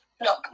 look